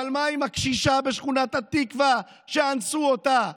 אבל מה עם הקשישה בשכונת התקווה שאנסו אותה?